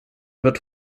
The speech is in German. wird